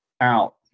out